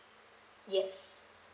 yes